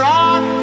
Rock